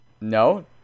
No